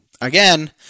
Again